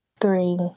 three